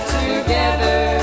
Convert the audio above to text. together